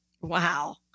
Wow